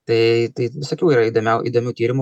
tai tai visokių yra įdomiau įdomių tyrimų